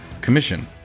commission